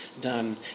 done